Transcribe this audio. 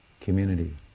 community